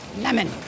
lemon